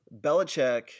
Belichick